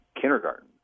kindergarten